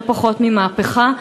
לא פחות ממהפכה,